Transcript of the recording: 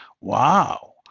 wow